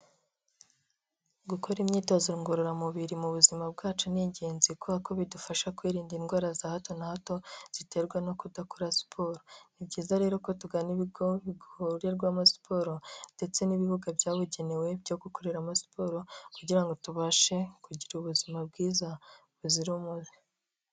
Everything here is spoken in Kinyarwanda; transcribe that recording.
Gukora imyitozo ngororamubiri mu buzima bwacu ni ingenzi, kubera ko bidufasha kwirinda indwara za hato na hato ziterwa no kudakora siporo, ni byiza rero ko tugana ibigo bikorerwamo siporo ndetse n'ibibuga byabugenewe byo gukoreramo siporo kugira ngo tubashe kugira ubuzima bwiza buzira umuze.